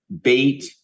bait